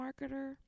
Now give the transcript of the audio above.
marketer